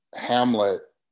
Hamlet